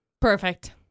Perfect